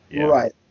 Right